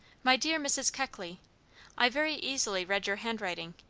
my dear mrs. keckley i very easily read your handwriting.